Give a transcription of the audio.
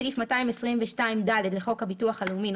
בסעיף 222ד לחוק הביטוח הלאומי ,